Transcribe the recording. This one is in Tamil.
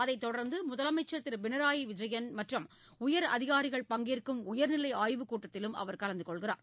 அதைத்தொடர்ந்து முதலமைச்சர் திரு பினராயி விஜயன் மற்றும் உயர் அதிகாரிகள் பங்கேற்கும் உயர்நிலை ஆய்வு கூட்டத்திலும் அவர் கலந்து கொள்கிறார்